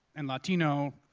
and latino,